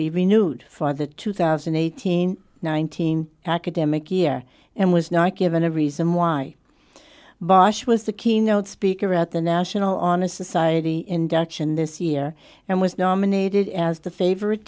be renewed for the two thousand and eighteen nineteen academic year and was not given a reason why bosh was the keynote speaker at the national honor society induction this year and was nominated as the favorite